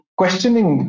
questioning